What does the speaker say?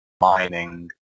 mining